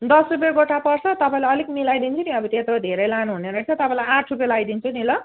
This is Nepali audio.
दस रुपियाँ गोटा पर्छ तपाईँलाई अलिक मिलाइदिन्छु नि अब त्यत्रो धेरै लानुहुने रहेछ तपाईँलाई आठ रुपियाँ लगाइदिन्छु नि ल